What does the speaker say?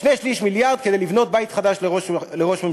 שני-שלישים של מיליארד שקל כדי לבנות בית חדש לראש ממשלה.